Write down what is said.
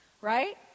right